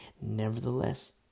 Nevertheless